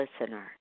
listener